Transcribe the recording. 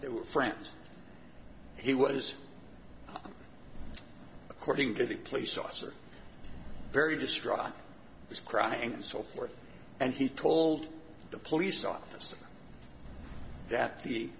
they were friends he was according to the place officer very distraught was crying and so forth and he told the police officer that the